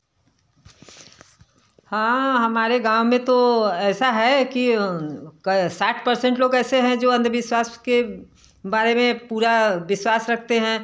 हाँ हमारे गाँव में तो ऐसा है कि साठ परसेंट लोग ऐसे हैं जो अंधविश्वास के बारे में पूरा विश्वास रखते हैं